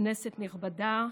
כנסת נכבדה,